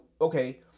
okay